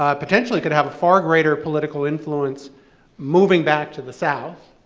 ah potentially, could have a far greater political influence moving back to the south,